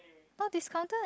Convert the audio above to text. not discounted